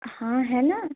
हाँ है न